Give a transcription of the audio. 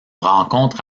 rencontre